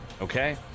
Okay